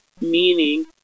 meaning